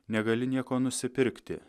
negali nieko nusipirkti